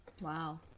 Wow